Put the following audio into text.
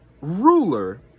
ruler